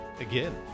Again